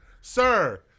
Sir